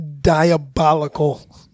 diabolical